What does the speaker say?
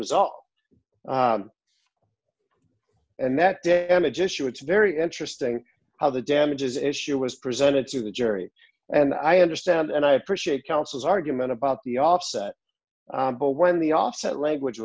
result and that day and age issue it's very interesting how the damages issue was presented to the jury and i understand and i appreciate counsel's argument about the offset when the offset language